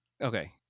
Okay